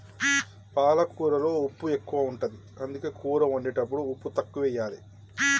పాలకూరలో ఉప్పు ఎక్కువ ఉంటది, అందుకే కూర వండేటప్పుడు ఉప్పు తక్కువెయ్యాలి